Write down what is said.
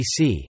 BC